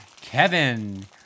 Kevin